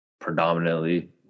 Predominantly